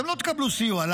אתם לא תקבלו סיוע.